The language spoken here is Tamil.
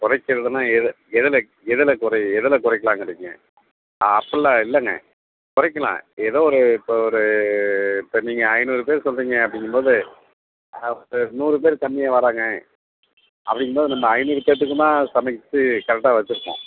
குறைக்கறதுன்னா எது எதில் எதில் குறை எதில் குறைக்கலாங்குறீங்க ஆ அப்பட்லாம் இல்லங்க குறைக்கலாம் ஏதோ ஒரு இப்போ ஒரு இப்போ நீங்கள் ஐந்நூறுப் பேர் சொல்கிறீங்க அப்படிங்கும் போது அப்போ நூறுப் பேர் கம்மியாக வராங்க அது இன்னோன்னு நம்ம ஐநூறு பேர்த்துக்குமா சமைத்து கரெக்டாக வச்சிருப்போம்